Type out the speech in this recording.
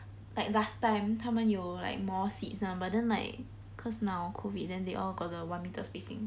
like last time 他们有 like more seats lah but then like cause now COVID then they all got the one metre spacing